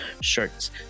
shirts